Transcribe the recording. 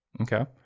Okay